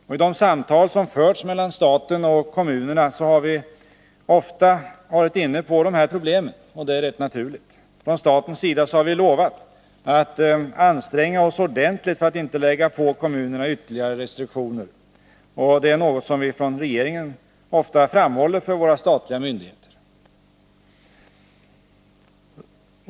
Vid de samtal som förts mellan staten och kommunerna har vi ofta varit inne på det här problemet, vilket varit helt naturligt. Från statens sida har vi lovat att anstränga oss ordentligt för att inte lägga på kommunerna ytterligare restriktioner. Detta är någonting som regeringen ofta framhåller för de statliga myndigheterna.